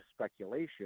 speculation